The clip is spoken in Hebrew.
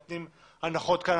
נותנים הנחות כאן,